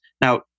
Now